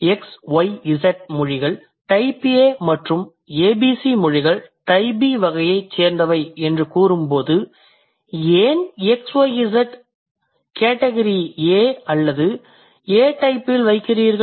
XYZ மொழிகள் type A மற்றும் ABC மொழிகள் type B வகையைச் சேர்ந்தவை என்று கூறும்போது ஏன் XYZ ஐ A category அல்லது A type இல் வைக்கிறீர்கள்